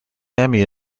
emmy